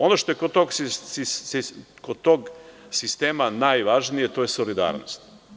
Ono što je kod tog sistema najvažnije, to je solidarnost.